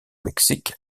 mexique